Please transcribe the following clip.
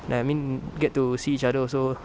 like I mean get to see each other also